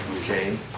okay